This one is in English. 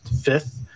fifth